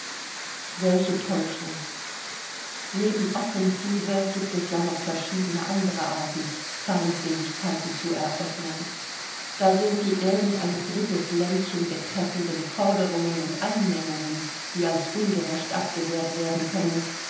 welche täuschung neben offensive gibt es ja noch verschiedene andere arten feindseligkeiten zu eröffnen da sind die irgend ein drittes ländchen betreffenden forderungen und einmengungen die als ungerecht abgewehrt werden können